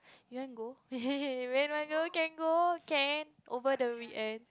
you want go when lah go can go can over the weekend